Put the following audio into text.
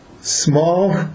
small